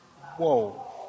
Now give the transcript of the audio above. Whoa